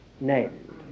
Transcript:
named